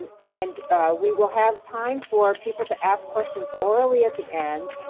and we will have time for people to ask questions orally at the end.